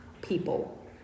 people